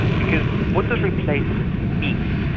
because what does replacement mean?